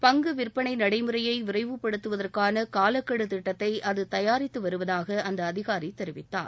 பங்கு விற்பனை நடைமுறைய விரைவுபடுத்துவதற்கான காலக்கெடு திட்டத்தை அது தயாரித்து வருவதாக அந்த அதிகாரி தெரிவித்தார்